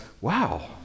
wow